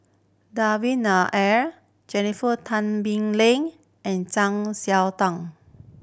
Devan Nair Jennifer Tan Bee Leng and Zang